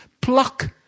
pluck